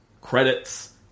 Credits